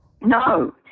No